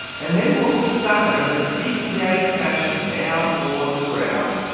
and then will stutter in a zig-zag fashion down towards the ground.